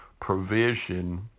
provision